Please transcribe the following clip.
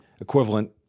equivalent